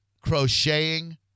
crocheting